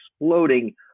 exploding